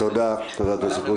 תודה, חבר הכנסת קושניר.